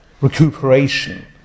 recuperation